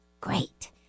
great